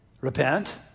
Repent